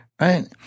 Right